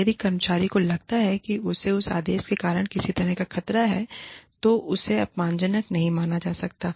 यदि कर्मचारी को लगता है कि उसे उस आदेश के कारण किसी तरह का खतरा है तो उसे अपमानजनक नहीं माना जा सकता है